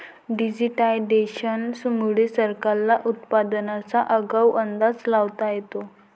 digitisation मुळे सरकारला उत्पादनाचा आगाऊ अंदाज लावता येतो